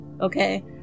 okay